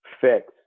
fix